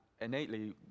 innately